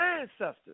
ancestors